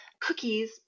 cookies